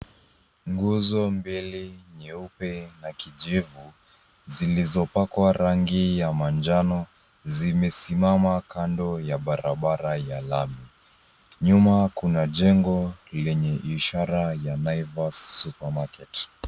Nguzo mbili nyeupe na kijivu zilizopakwa rangi ya manjano zimesimama kando ya barabara ya lami. Nyuma kuna jengo lenye ishara ya Naivas supermarket .